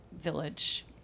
village